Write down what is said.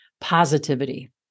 positivity